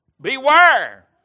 beware